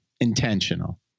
intentional